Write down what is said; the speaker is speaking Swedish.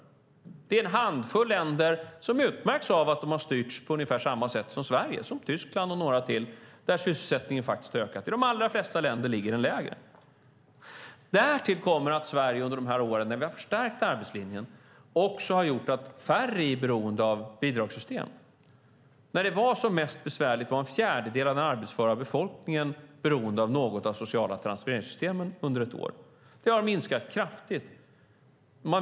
Det är en handfull länder som utmärks av att de har styrts på ungefär samma sätt som Sverige, som Tyskland och några till, och där sysselsättningen har ökat. I de allra flesta länder ligger den lägre. Därtill kommer att vi i Sverige under de här åren förstärkt arbetslinjen, och det har gjort att färre är beroende av bidragssystem. När det var som mest besvärligt var en fjärdedel av den arbetsföra befolkningen beroende av något av de sociala transfereringssystemen under ett år. Det har minskat kraftigt.